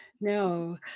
No